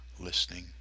Listening